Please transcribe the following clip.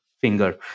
finger